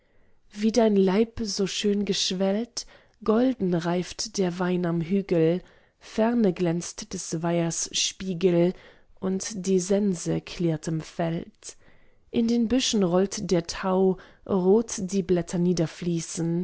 wie dein leib so schön geschwellt golden reift der wein am hügel ferne glänzt des weihers spiegel und die sense klirrt im feld in den büschen rollt der tau rot die blätter